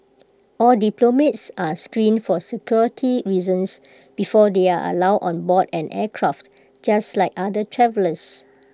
all diplomats are screened for security reasons before they are allowed on board an aircraft just like other travellers